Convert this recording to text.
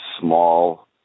small